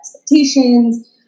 expectations